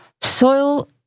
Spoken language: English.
Soil